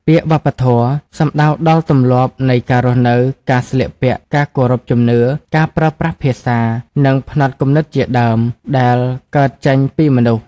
ពាក្យ «វប្បធម៌» សំដៅដល់ទម្លាប់នៃការរស់នៅ ការស្លៀកពាក់ ការគោរពជំនឿ ការប្រើប្រាស់ភាសា និងផ្នត់គំនិតជាដើម ដែលកើតចេញពីមនុស្ស។